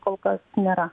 kol kas nėra